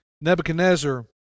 Nebuchadnezzar